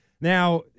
Now